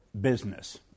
business